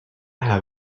have